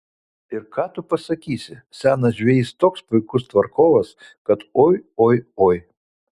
ir ką tu pasakysi senas žvejys toks puikus tvarkovas kad oi oi oi